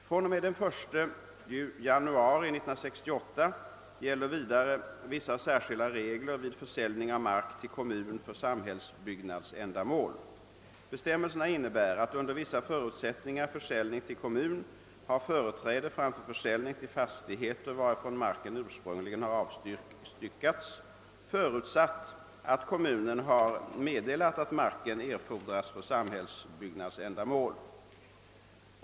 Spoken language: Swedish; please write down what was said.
fr.o.m. den 1 januari 1968 gäller vidare vissa särskilda regler vid. försäljning av mark till kommun för samhällsbyggnadsändamål. Bestämmelserna innebär att under vissa förutsättningar försäljning till kommun har företräde framför försäljning till fastigheter varifrån marken ursprungligen har avstyckats, förutsatt att kommunen har meddelat att marken erfordras för samhällsbyggnadsändamål.